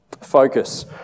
Focus